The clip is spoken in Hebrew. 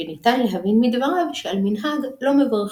וניתן להבין מדבריו שעל מנהג לא מברכים.